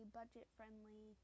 budget-friendly